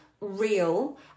real